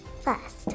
First